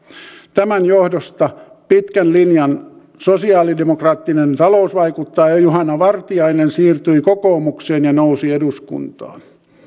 tämän johdosta pitkän linjan sosialidemokraattinen talousvaikuttaja juhana vartiainen siirtyi kokoomukseen ja nousi eduskuntaan